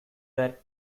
were